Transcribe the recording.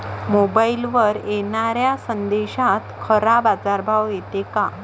मोबाईलवर येनाऱ्या संदेशात खरा बाजारभाव येते का?